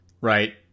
Right